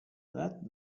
that